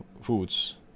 foods